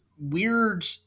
weird